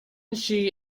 she